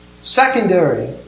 secondary